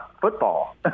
football